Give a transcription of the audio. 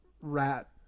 rat